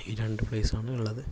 ഈ രണ്ട് പ്ലേസ് ആണുള്ളത്